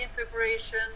integration